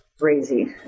Crazy